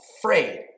afraid